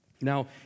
Now